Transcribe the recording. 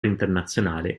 internazionale